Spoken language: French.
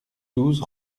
douze